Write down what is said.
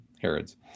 Herod's